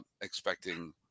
expecting